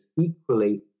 equally